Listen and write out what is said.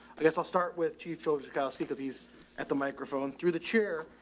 i guess i'll start with two filters. the calcium cause he's at the microphone through the chair.